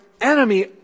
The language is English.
enemy